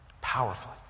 Powerfully